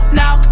now